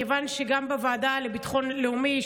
כיוון שגם בוועדה לביטחון לאומי,